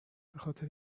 بخاطر